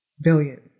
Billion